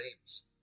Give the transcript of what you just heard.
names